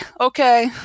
okay